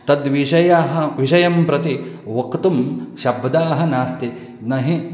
तद्विषयाः विषयं प्रति वक्तुं शब्दाः नास्ति न हि